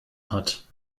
hat